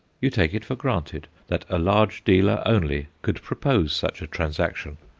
you take it for granted that a large dealer only could propose such a transaction.